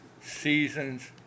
seasons